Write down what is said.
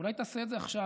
ואולי תעשה את זה עכשיו,